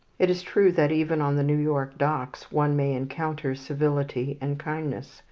it is true that even on the new york docks one may encounter civility and kindness.